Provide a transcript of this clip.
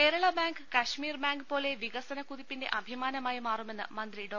Kerala Bank Kashmir bank പോലെ വികസനക്കുതിപ്പിന്റെ അഭി മാനമായി മാറുമെന്ന് മന്ത്രി ഡോ